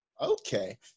Okay